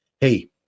hey